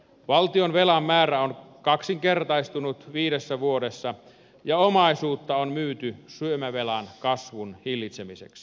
valtionvelan määrä on kaksinkertaistunut viidessä vuodessa ja omaisuutta on myyty syömävelan kasvun hillitsemiseksi